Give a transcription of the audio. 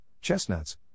chestnuts